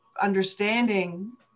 understanding